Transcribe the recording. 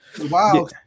Wow